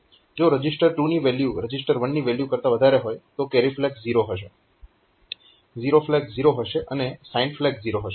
જો રજીસ્ટર 2 ની value register 1 ની વેલ્યુ કરતા વધારે હોય તો કેરી ફ્લેગ 0 હશે ઝીરો ફ્લેગ 0 હશે અને સાઇન ફ્લેગ 0 હશે